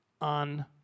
on